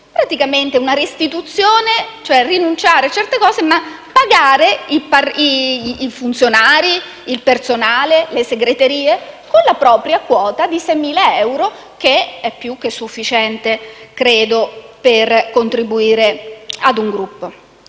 tratta di una restituzione: rinunciare a certe cose, per pagare i funzionari, il personale, le segreterie, con la propria quota di 6.000 euro, che è più che sufficiente, credo, per contribuire a un Gruppo.